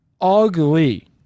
ugly